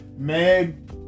Meg